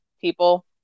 people